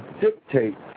dictate